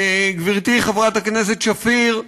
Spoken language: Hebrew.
גברתי חברת הכנסת שפיר,